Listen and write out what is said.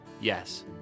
Yes